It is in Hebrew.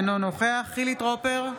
אינו נוכח חילי טרופר,